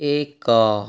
ଏକ